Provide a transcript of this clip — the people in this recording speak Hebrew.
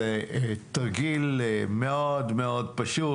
זה תרגיל מאוד-מאוד פשוט,